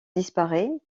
disparaît